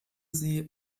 sie